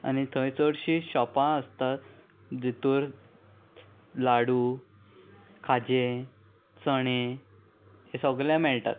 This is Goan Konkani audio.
आनी थंय चडशीं शॉपां आसतात जितूर लाडू खाजें चणे हें सोगलें मेळटात